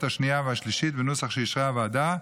השנייה והשלישית בנוסח שאישרה הוועדה.